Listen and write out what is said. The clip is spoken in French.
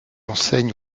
enseigne